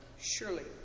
Surely